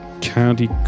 county